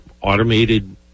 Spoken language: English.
automated